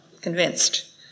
convinced